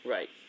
Right